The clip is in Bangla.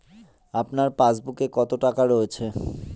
আপনার পাসবুকে কত টাকা রয়েছে?